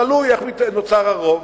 תלוי איך נוצר הרוב,